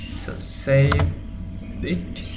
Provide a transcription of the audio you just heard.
so, save it